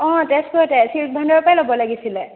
অঁ তেজপুৰতে চিল্ক ভাণ্ডাৰৰ পৰাই ল'ব লাগিছিলে